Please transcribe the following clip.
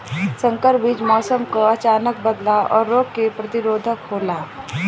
संकर बीज मौसम क अचानक बदलाव और रोग के प्रतिरोधक होला